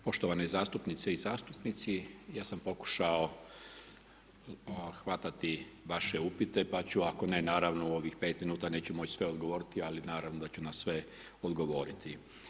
Poštovane zastupnice i zastupnici ja sam pokušao hvatati vaše upite, pa ću ako ne naravno u ovih 5 minuta neću moći sve odgovoriti ali naravno da ću na sve odgovoriti.